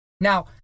Now